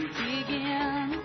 begin